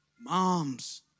Moms